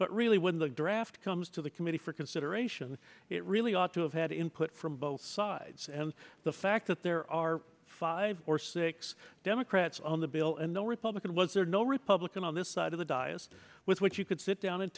but really when the draft comes to the committee for consideration it really ought to have had input from both sides and the fact that there are five or six democrats on the bill and no republican was there no republican on this side of the dyess with which you could sit down and